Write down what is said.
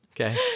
Okay